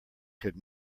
could